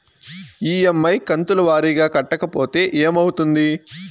EMI కంతుల వారీగా కట్టకపోతే ఏమవుతుంది?